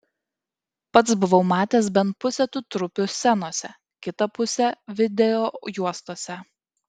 pats buvau matęs bent pusę tų trupių scenose kitą pusę videojuostose